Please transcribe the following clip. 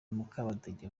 mukabadege